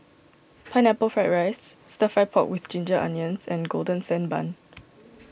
Pineapple Fried Rice Stir Fry Pork with Ginger Onions and Golden Sand Bun